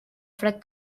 fred